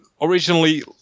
originally